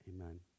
Amen